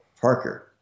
Parker